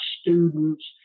students